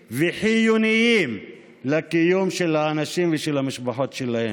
וחיוניים לקיום של האנשים ושל המשפחות שלהם.